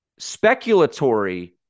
Speculatory